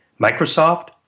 Microsoft